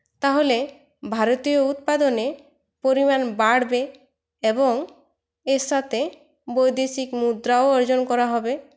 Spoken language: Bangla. তাহলে ভারতীয় উৎপাদনে পরিমাণ বাড়বে এবং এর সাথে বৈদেশিক মুদ্রাও অর্জন করা হবে